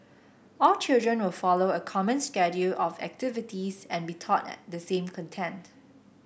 all children will follow a common schedule of activities and be taught the same content